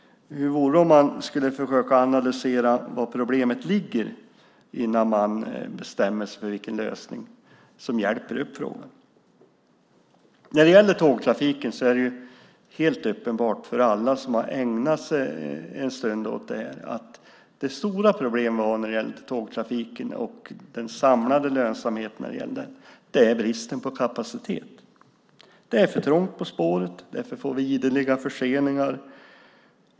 Hur vore det att försöka analysera var problemet ligger innan man bestämmer sig för vilken lösning som hjälper? Det är helt uppenbart för alla som ägnat en stund åt detta att det stora problemet när det gäller tågtrafiken och den samlade lönsamheten är bristen på kapacitet. Det är för trångt på spåret. Därför får vi ideliga förseningar.